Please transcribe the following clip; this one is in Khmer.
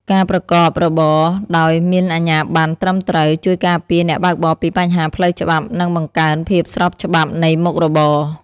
ការប្រកបរបរដោយមានអាជ្ញាបណ្ណត្រឹមត្រូវជួយការពារអ្នកបើកបរពីបញ្ហាផ្លូវច្បាប់ និងបង្កើនភាពស្របច្បាប់នៃមុខរបរ។